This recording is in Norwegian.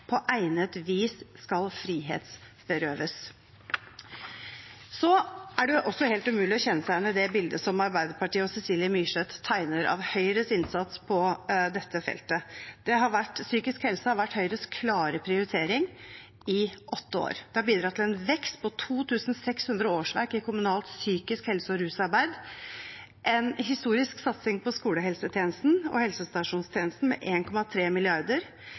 på egnet vis skal frihetsberøves. Så er det også helt umulig å kjenne seg igjen i det bildet som Arbeiderpartiet og Cecilie Myrseth tegner av Høyres innsats på dette feltet. Psykisk helse har vært Høyres klare prioritering i åtte år. Det har bidratt til en vekst på 2 600 årsverk i kommunalt psykisk helse- og rusarbeid, en historisk satsing på skolehelsetjenesten og helsestasjonstjenesten med